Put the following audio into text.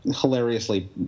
hilariously